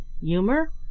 humor